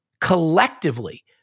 collectively